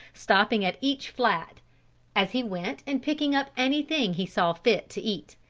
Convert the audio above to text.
stopping at each flat as he went and picking up anything he saw fit to eat.